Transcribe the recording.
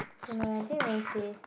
don't know leh I think they'll say